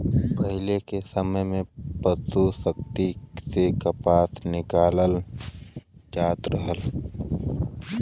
पहिले के समय में पसु शक्ति से कपास निकालल जात रहल